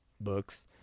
books